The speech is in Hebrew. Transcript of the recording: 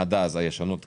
עד אז, הישנות תקפות.